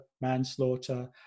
manslaughter